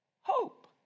hope